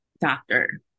doctor